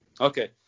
okay